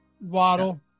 waddle